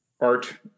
art